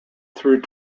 through